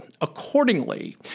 Accordingly